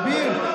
אביר,